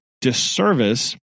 disservice